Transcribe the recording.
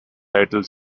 titled